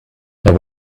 there